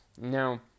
Now